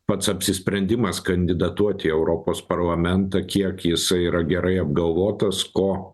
pats apsisprendimas kandidatuot į europos parlamentą kiek jisai yra gerai apgalvotas ko